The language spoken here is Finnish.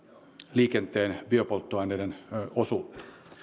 liikenteen biopolttoaineiden osuutta